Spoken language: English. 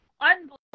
unbelievable